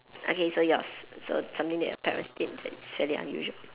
okay so yours so something that your parents said that was fairly unusual